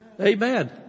Amen